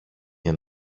για